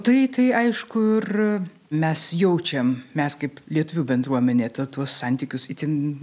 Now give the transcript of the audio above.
tai tai aišku ir mes jaučiam mes kaip lietuvių bendruomenė ta tuos santykius itin